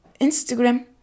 Instagram